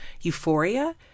euphoria